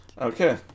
Okay